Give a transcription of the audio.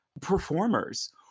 performers